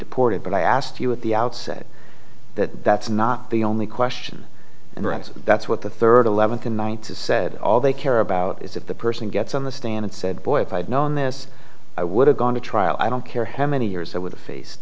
deported but i asked you at the outset that that's not the only question and perhaps that's what the third eleventh and ninth said all they care about is that the person gets on the stand and said boy if i had known this i would have gone to trial i don't care how many years i would have faced